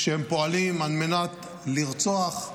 כשהם פועלים על מנת לרצוח,